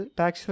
tax